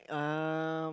um